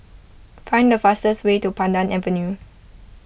find the fastest way to Pandan Avenue